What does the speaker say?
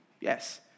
yes